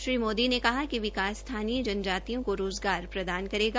श्री मोदी ने कहा कि विकास स्थानीय जनजातियों केा रोज़गार प्रदान करेगा